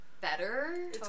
better